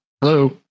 Hello